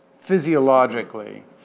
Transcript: physiologically